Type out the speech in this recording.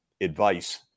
advice